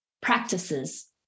practices